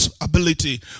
ability